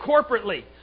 corporately